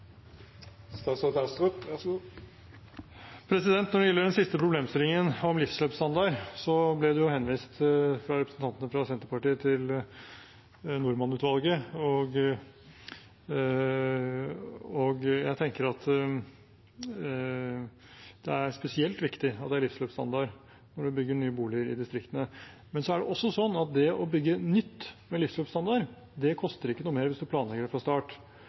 Når det gjelder den siste problemstillingen, om livsløpsstandard, henviste representantene fra Senterpartiet til Norman-utvalget. Jeg tenker at det er spesielt viktig at det er livsløpsstandard når det bygges nye boliger i distriktene. Men så er det også sånn at det å bygge nytt med livsløpsstandard koster ikke noe mer hvis man planlegger det fra start.